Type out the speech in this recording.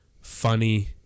funny